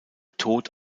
tod